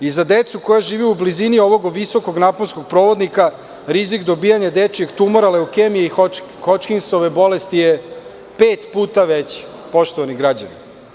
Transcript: Kod dece koja žive u blizini ovog visokog naponskog provodnika rizik dobijanja dečijeg tumora, leukemije i Hočkinsove bolesti je pet puta veći, poštovani građani.